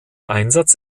einsatz